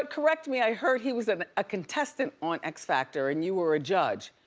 ah correct me, i heard he was ah a contestant on x factor and you were a judge?